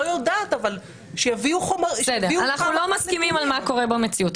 אנחנו לא מסכימים על מה שקורה במציאות,